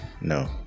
no